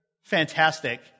Fantastic